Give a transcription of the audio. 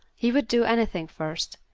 he would do anything first.